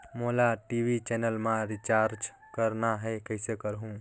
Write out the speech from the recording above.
मोला TV channel मा recharge करना हे, कइसे करहुँ?